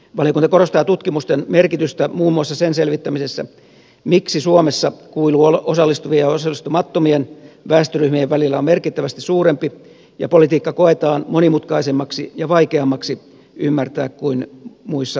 valiokunta korostaa tutkimusten merkitystä muun muassa sen selvittämisessä miksi suomessa kuilu osallistuvien ja osallistumattomien väestöryhmien välillä on merkittävästi suurempi ja politiikka koetaan monimutkaisemmaksi ja vaikeammaksi ymmärtää kuin muissa pohjoismaissa